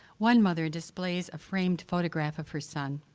one mother displays a framed photograph of her son,